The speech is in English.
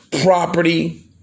property